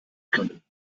können